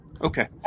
Okay